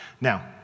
Now